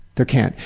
there can't.